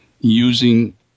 using